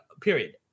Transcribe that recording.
period